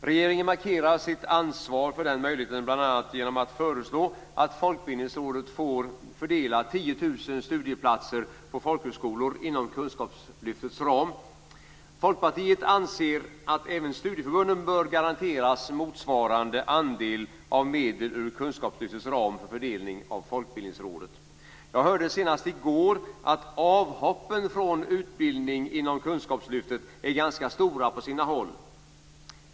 Regeringen markerar sitt ansvar för den möjligheten bl.a. genom att föreslå att Folkbildningsrådet får fördela 10 000 studieplatser på folkhögskolor inom kunskapslyftets ram. Folkpartiet anser att även studieförbunden bör garanteras motsvarande andel av medel ur kunskapslyftets ram för fördelning av Folkbildningsrådet. Jag hörde senast i går att avhoppen från utbildning inom kunskapslyftet är ganska stora på sina håll.